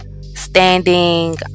standing